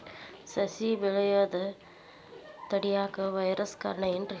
ಸಸಿ ಬೆಳೆಯುದ ತಡಿಯಾಕ ವೈರಸ್ ಕಾರಣ ಏನ್ರಿ?